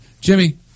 Jimmy